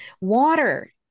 water